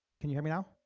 can you hear me now,